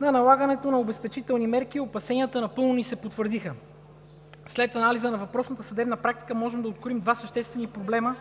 на налагането на обезпечителни мерки и опасенията напълно ни се потвърдиха. След анализа на въпросната съдебна практика можем да откроим два съществени проблема…